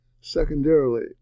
secondarily